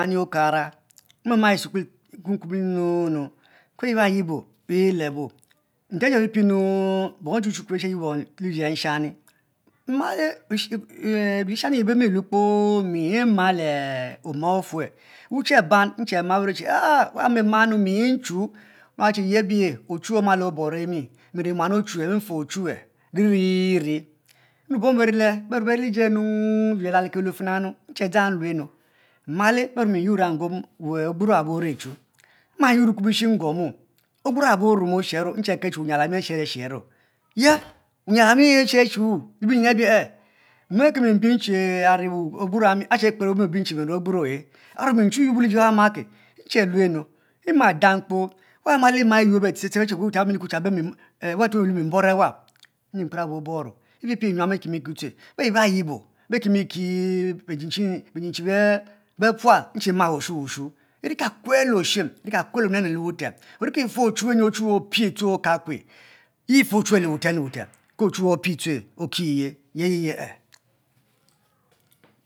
Nyi okarar ma ma esukue nkuo kuom nunu kibe yiba yiba elebo nten ache pipie nu beyi ba yibo li nshani, male bemi lue kpoo mal oma ofue wuche ban be rue ahh wab bemale mi nchu nue chi yebi lu ochuwue omalo bore mi miniri muan ochuwue ni mfe ichuwue ai ri ri naue bom abe beme be nue beri lifi na iji lulo keue fina nu nche dzang nlue nu, male le bernu mi yuor ya njuom ogbio owabo ori chu ma yuor kubishi mguomo ogbuno owa bo oshero nche kel che wunyal ami asheri ashero ye wuyal ami yi sheli achu le binyin abie eh mom ami li ogbuo owami ashe arue mi mi ogbuo ohe ame mi nchu yi yiobe aji bem akeh nche ne nu ema dang kpoo ye be malima ste be che chi kper belu otumo che mi mbora wab nyi mkpera bo oboro be pipie nyuam bekimi yue beyiba yibo bekimi kibe nchi nchi befual nch ma wushu iri ka kue le oshim irika kue le onenu le wutem ori ki fefe ochuwue nyi opie kakua fe ochuwue le wutem le wutem le wutem ke ochuwue opie tue okie ye yiye